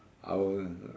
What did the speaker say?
I will